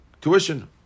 tuition